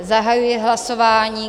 Zahajuji hlasování.